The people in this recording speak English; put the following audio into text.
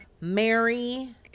Mary